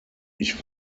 ich